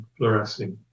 fluorescing